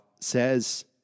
says